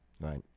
Right